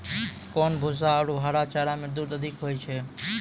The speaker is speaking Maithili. कोन भूसा आरु हरा चारा मे दूध अधिक होय छै?